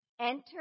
Enter